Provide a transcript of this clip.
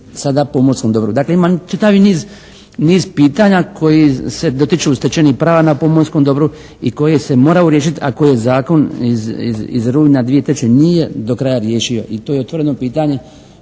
sada pomorskom dobru. Dakle ima čitavi niz pitanja koji se dotiču stečenih prava na pomorskom dobru i koji se mora riješiti, a koje zakon iz rujna 2003. nije do kraja riješio i to je otvoreno pitanje